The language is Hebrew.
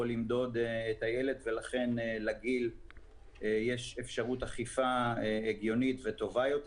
למדוד את הילד ולכן לגיל יש אפשרות אכיפה הגיונית וטובה יותר.